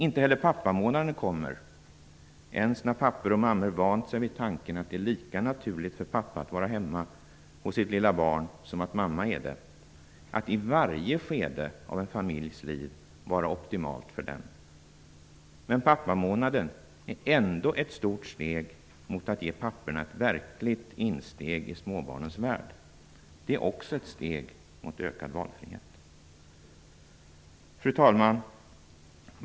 Inte heller pappamånaden kommer, ens när pappor och mammor vant sig vid tanken att det är lika naturligt att pappa är hemma hos sitt lilla barn som att mamma är det, att i varje skede av en familjs liv vara optimalt för den. Men pappamånaden är ändå ett stort steg för att ge papporna ett verkligt insteg i småbarnens värld. Det är också ett steg i riktning mot ökad valfrihet. Fru talman!